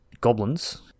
goblins